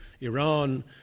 Iran